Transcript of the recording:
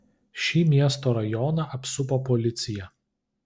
šį miesto rajoną apsupo policija